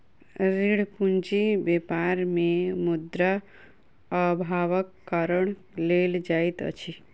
ऋण पूंजी व्यापार मे मुद्रा अभावक कारण लेल जाइत अछि